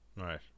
Right